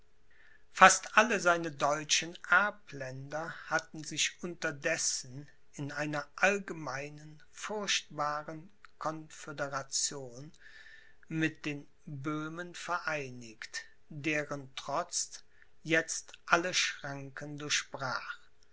fast alle seine deutschen erbländer hatten sich unterdessen in einer allgemeinen furchtbaren conföderation mit den böhmen vereinigt deren trotz jetzt alle schranken durchbrach